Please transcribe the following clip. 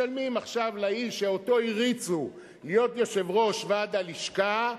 משלמים עכשיו לאיש שאותו הריצו להיות יושב-ראש ועד הלשכה,